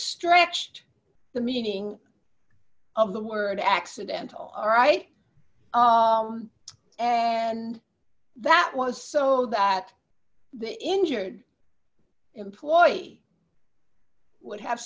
stretched the meaning of the word accidental right and that was so that the injured employee would have